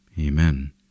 Amen